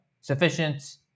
sufficient